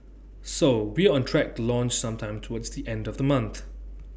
so we're on track to launch sometime towards the end of the month